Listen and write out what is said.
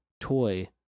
toy